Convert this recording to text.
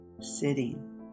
sitting